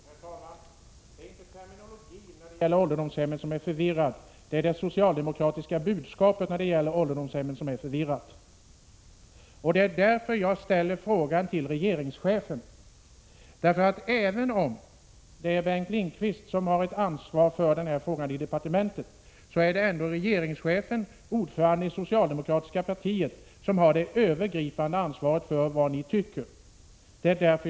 Herr talman! Det är inte terminologin när det gäller ålderdomshemmen som är förvirrande. Det är det socialdemokratiska budskapet i den här frågan som är förvirrande. Det är därför jag ställer frågan till regeringschefen. Även om det är Bengt Lindqvist som har ansvaret för sådana här ärenden i departementet, är det ändå regeringschefen och ordföranden i det socialdemokratiska partiet som har det övergripande ansvaret för de åsikter ni förmedlar.